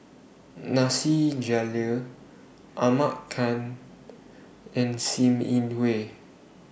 Nasir Jalil Ahmad Khan and SIM Yi Hui